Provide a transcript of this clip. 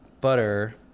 butter